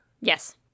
Yes